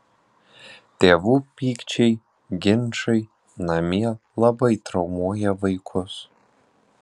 tėvų pykčiai ginčai namie labai traumuoja vaikus